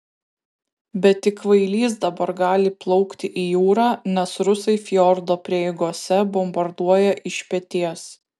bet tik kvailys dabar gali plaukti į jūrą nes rusai fjordo prieigose bombarduoja iš peties